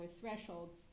threshold